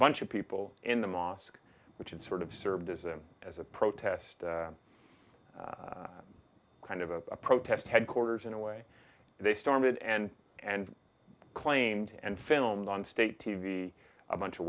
bunch of people in the mosque which is sort of served as a as a protest kind of a protest headquarters in a way they started and and claimed and filmed on state t v a bunch of